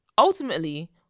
ultimately